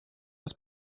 aus